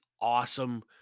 awesome